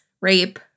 rape